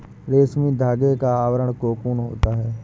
रेशमी धागे का आवरण कोकून होता है